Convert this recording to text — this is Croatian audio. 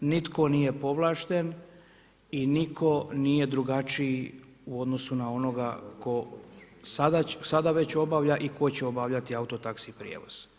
Nitko nije povlašten i nitko nije drugačiji u odnosu na onoga tko sada već obavlja i tko će obavljati autotaksi prijevoz.